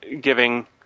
giving